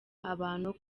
abantu